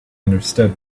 understood